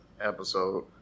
episode